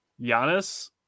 Giannis